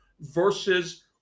versus